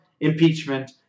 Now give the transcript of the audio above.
impeachment